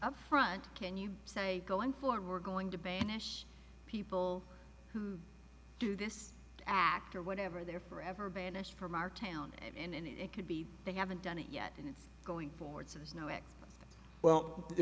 up front can you say going forward we're going to banish people who do this act or whatever they're forever banished from our town and it could be they haven't done it yet in going forward so there's no act well they